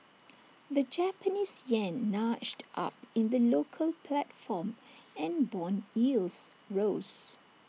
the Japanese Yen nudged up in the local platform and Bond yields rose